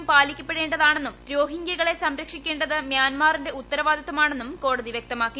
കോടതി പാലിക്കപ്പെടേണ്ടതാണെന്നും റോഹിങ്ക്യകളെ സംരക്ഷിക്കേണ്ടത് മ്യാൻമാറിന്റെ ഉത്തരവാദിത്തമാണെന്നും കോടതി വ്യക്തമാക്കി